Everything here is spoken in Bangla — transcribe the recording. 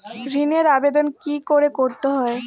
ঋণের আবেদন কি করে করতে হয়?